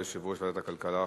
יושב-ראש ועדת הכלכלה,